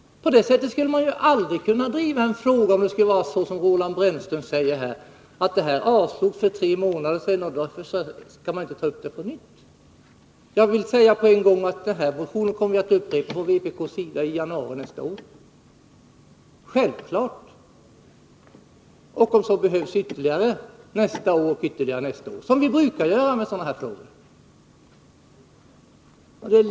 På det sättet skulle man ju aldrig kunna driva en fråga, om det skulle vara så som Roland Brännström säger: Det här förslaget avslogs för tre månader sedan, och därför skall man inte ta upp det på nytt. Jag vill säga än en gång att den här motionen kommer vi självfallet att upprepa från vpk:s sida i januari nästa år och, om så behövs, ytterligare nästa år och ytterligare nästa, som vi brukar göra i sådana här frågor.